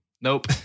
Nope